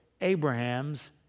Abraham's